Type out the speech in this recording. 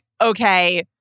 okay